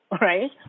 right